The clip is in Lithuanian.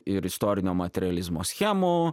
ir istorinio materializmo schemų